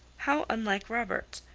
how unlike robert!